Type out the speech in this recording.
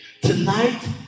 Tonight